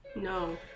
No